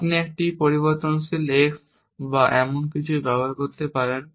আপনি একটি পরিবর্তনশীল x বা এরকম কিছু ব্যবহার করতে পারেন